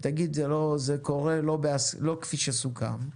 ותגיד שזה קורה לא כפי שסוכם,